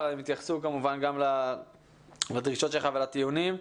שכמובן יתייחסו גם לדרישות שלך ולטיעונים.